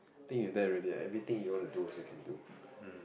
think you there already eh everything you want to do also can do